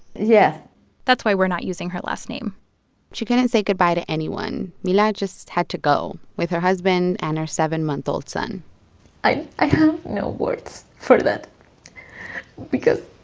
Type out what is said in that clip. yeah that's why we're not using her last name she couldn't say goodbye to anyone. mila just had to go with her husband and her seven month old son i have no words for that because